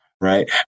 right